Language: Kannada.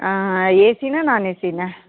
ಆಂ ಎ ಸಿನ ನಾನ್ ಎ ಸಿನ